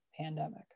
pandemic